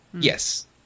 Yes